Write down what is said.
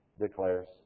declares